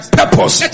purpose